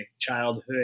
childhood